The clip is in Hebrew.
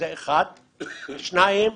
שתיים,